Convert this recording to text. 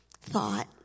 thought